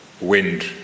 wind